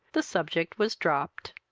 the subject was dropped.